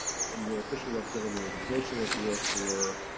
and you're officially representing your organization that your work for,